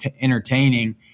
entertaining